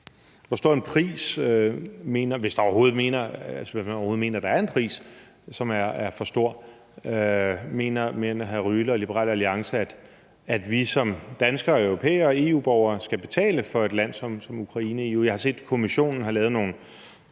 Hvor stor en pris – hvis man overhovedet mener, der er en pris, som er for stor – mener hr. Alexander Ryle og Liberal Alliance at vi som danskere, europæere og EU-borgere skal betale for et land som Ukraine i EU? Jeg har set, at Kommissionen har lavet nogle